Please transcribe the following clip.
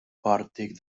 pòrtic